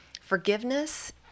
Forgiveness